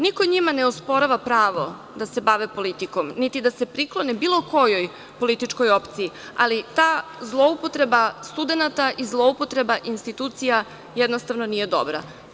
Niko njima ne osporava pravo da se bave politikom, niti da se priklone bilo kojoj političkoj opciji, ali ta zloupotreba studenata i zloupotreba institucija jednostavno nije dobra.